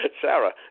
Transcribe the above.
Sarah